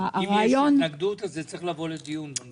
אם יש התנגדות, זה צריך לבוא לדיון.